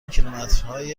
کیلومترهای